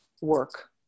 work